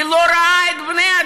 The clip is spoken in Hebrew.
היא לא רואה את בני-האדם.